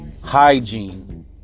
Hygiene